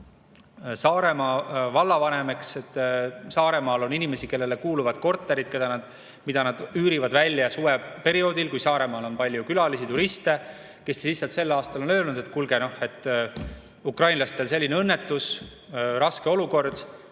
Saaremaa vallavanem, et Saaremaal on inimesi, kellele kuuluvad korterid, mida nad üürivad välja suveperioodil, kui Saaremaal on palju külalisi-turiste. Sel aastal on nad öelnud, et kuulge, ukrainlastel on selline õnnetus, raske olukord,